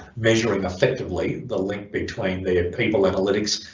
measuring effectively the link between their people analytics,